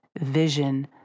vision